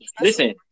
listen